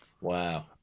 Wow